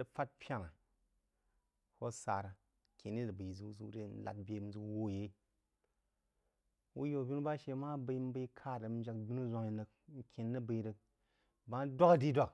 rig fahd pyena koh sira kjen yi rig bəi zəu-zəu re nlad bəa mzəu wuh yai whui yanbinu ba she ma bəi mbəi kahd rig njak poinu zwamai rig nken rig bie rig bəg rig dwagha dri dug.